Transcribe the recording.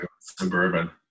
Suburban